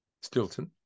Stilton